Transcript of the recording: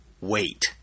wait